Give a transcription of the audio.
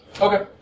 Okay